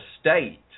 state